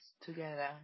together